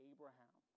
Abraham